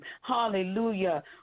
hallelujah